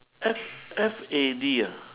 F F A D ah